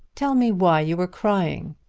tell me why you were crying.